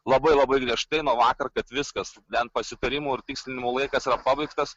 labai labai griežtai nuo vakar kad viskas ten pasitarimų ir tikslinimų laikas yra pabaigtas